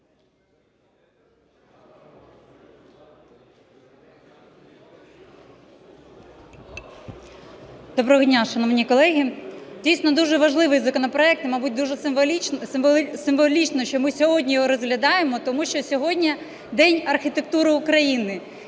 Доброго дня, шановні колеги! Дійсно дуже важливий законопроект, і мабуть дуже символічно, що ми сьогодні його розглядаємо, тому що сьогодні День архітектури України.